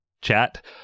chat